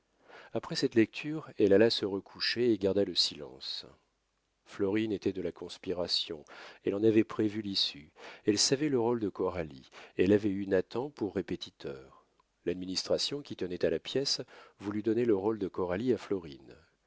après cette lecture elle alla se recoucher et garda le silence florine était de la conspiration elle en avait prévu l'issue elle savait le rôle de coralie elle avait eu nathan pour répétiteur l'administration qui tenait à la pièce voulut donner le rôle de coralie à